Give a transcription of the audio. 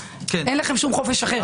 אין לכם שום חופש אחר.